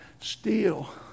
steal